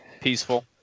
peaceful